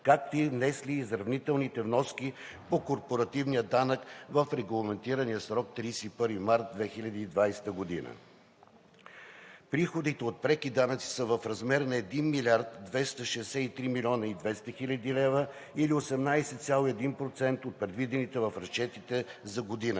както и внесли изравнителните вноски по корпоративния данък в регламентирания срок 31 март 2020 г. Приходите от преки данъци са в размер на 1 млрд. 263 млн. 200 хил. лв., или 18,1% от предвидените в разчетите за годината.